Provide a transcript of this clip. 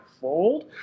fold